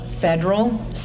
federal